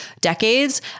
decades